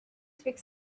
speak